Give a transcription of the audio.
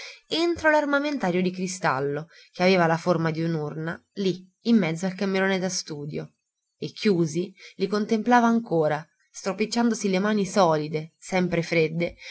entro l'armamentario di cristallo che aveva la forma di un'urna lì in mezzo al camerone da studio e chiusi li contemplava ancora stropicciandosi le mani solide sempre fredde